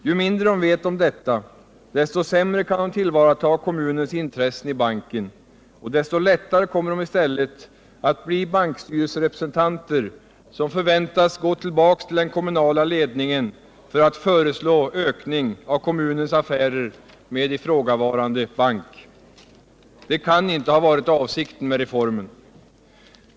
Ju mindre de vet om detta desto sämre kan de tillvarata kommunens intressen i banken och desto lättare kommer de i stället att bli bankstyrelserepresentanter, som förväntas gå tillbaka till den kommunala ledningen för att föreslå ökning av kommunens affärer med ifrågavarande bank. Det kan inte ha varit avsikten med reformen.